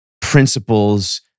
principles